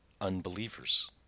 unbelievers